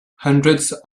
hundreds